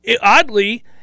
oddly